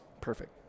perfect